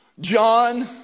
John